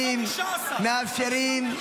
רק 15. מאפשרים, מאפשרים.